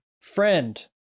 friend